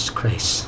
Christ